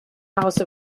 house